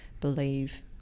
believe